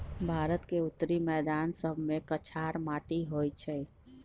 भारत के उत्तरी मैदान सभमें कछार माटि होइ छइ